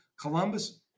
Columbus